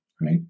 right